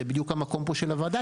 זה בדיוק המקום פה של הוועדה,